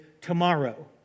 tomorrow